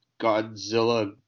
Godzilla